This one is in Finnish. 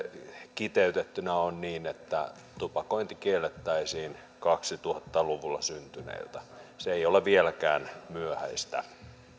kiteytettynä se on että tupakointi kiellettäisiin kaksituhatta luvulla syntyneiltä se ei ole vieläkään myöhäistä